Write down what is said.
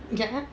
ya